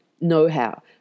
know-how